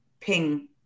ping